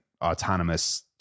autonomous